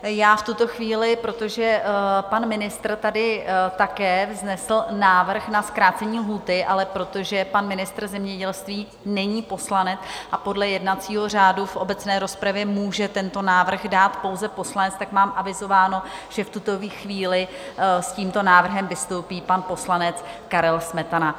V tuto chvíli, protože pan ministr tady také vznesl návrh na zkrácení lhůty, ale protože pan ministr zemědělství není poslanec a podle jednacího řádu v obecné rozpravě může tento návrh dát pouze poslanec, mám avizováno, že v tuto chvíli s tímto návrhem vystoupí pan poslanec Karel Smetana.